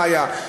מה היה.